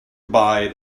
buy